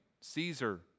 Caesar